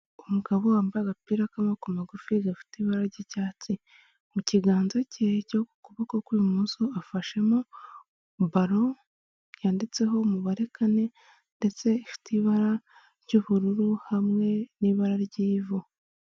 Umugabo wambaye agapira k'amaboko magufi gafite ibara ry'icyatsi, mu kiganza cye cyo ku kuboko kw'ibumoso afashemo baro yanditseho mubare kane ndetse ifite ibara ry'ubururu hamwe n'ibara ry'ivu.